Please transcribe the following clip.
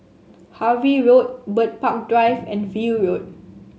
Harvey Road Bird Park Drive and View Road